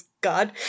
God